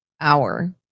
hour